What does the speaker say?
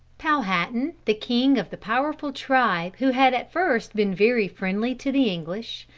powhatan, the king of the powerful tribe who had at first been very friendly to the english,